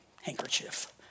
handkerchief